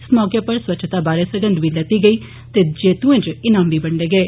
इस मौके उप्पर स्वच्छता बारे संगघ बी लैती गेई ते जित्तुएं च इनाम बी बंडे गे